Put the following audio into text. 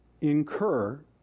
incur